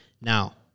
Now